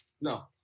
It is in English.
No